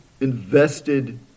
invested